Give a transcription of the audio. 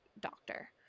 doctor